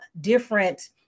different